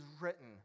written